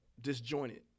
disjointed